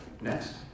Next